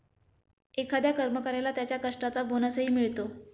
एखाद्या कर्मचाऱ्याला त्याच्या कष्टाचा बोनसही मिळतो